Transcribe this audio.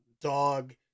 dog